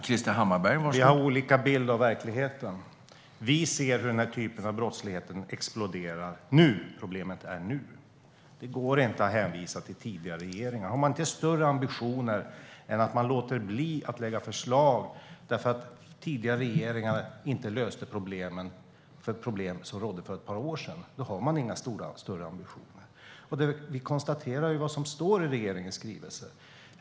Herr talman! Vi har olika bilder av verkligheten. Vi ser hur den typen av brottslighet exploderar. Problemet finns nu. Det går inte att hänvisa till tidigare regeringar. Om det inte finns större ambitioner än att man låter bli att lägga fram förslag eftersom tidigare regeringar inte har löst de problem som rådde för ett par år sedan har man inga större ambitioner. Vi konstaterar vad som står i regeringens skrivelse.